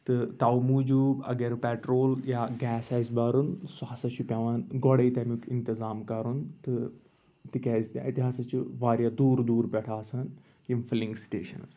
تہٕ تَو موٗجوٗب اَگر پٮ۪ٹرول یا گیس آسہِ بَرُن سُہ ہَسا چھُ پٮ۪وان گۄڈَے تَمیُٚک اِنتظام کَرُن تہٕ تِکیاز تہِ اَتہِ ہَسا چھِ واریاہ دوٗر دوٗر پٮ۪ٹھ آسان یِم فِلِنٛگ سٹیشَنٕز